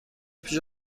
پیش